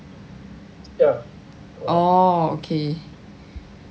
orh okay